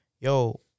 yo